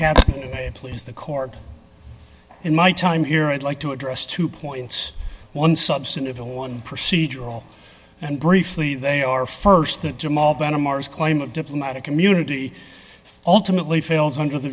katz please the court in my time here i'd like to address two points one substantive one procedural and briefly they are st that jamal bana marrs claim of diplomatic immunity ultimately fails under the